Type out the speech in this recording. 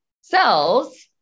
cells